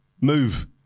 Move